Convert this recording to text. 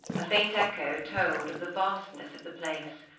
a faint echo told of the vastness of the place.